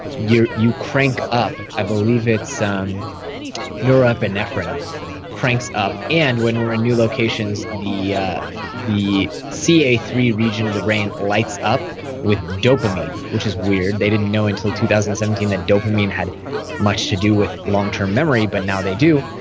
you you crank up, i believe it's um norepinephrine cranks up and when we're in new locations, the yeah the c a three region of the brain lights up with dopamine, which is weird. they didn't know until two thousand and seventeen that dopamine had much to do with longterm memory, but now they do.